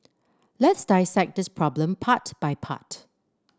let's dissect this problem part by part